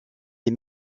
des